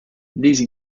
these